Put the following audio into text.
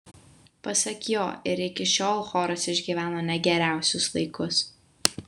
pasak jo ir iki šiol choras išgyveno ne geriausius laikus